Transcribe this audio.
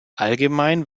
allgemein